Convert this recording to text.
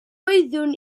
oeddwn